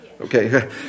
Okay